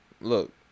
Look